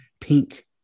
pink